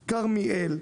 כרמיאל,